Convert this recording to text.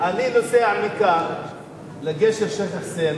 אני נוסע מכאן לגשר שיח'-חוסיין,